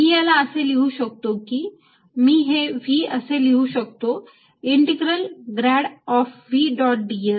मी याला असे लिहू शकतो की मी हे V असे लिहू शकतो integral grad of V dot ds